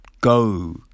go